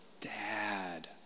dad